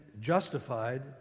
justified